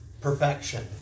perfection